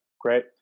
great